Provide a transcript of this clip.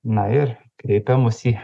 na ir kreipia mus į